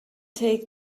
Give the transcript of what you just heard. take